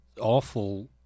awful